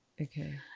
Okay